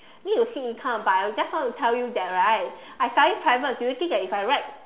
need to see income but I just want to tell you that right I study private do you think that if I write